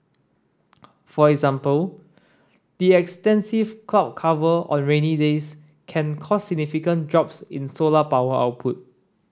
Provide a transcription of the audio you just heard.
for example extensive cloud cover on rainy days can cause significant drops in solar power output